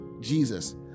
Jesus